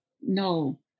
no